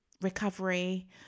recovery